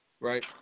Right